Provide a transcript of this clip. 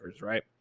right